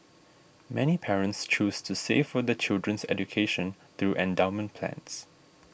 many parents choose to save for their children's education through endowment plans